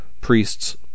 priests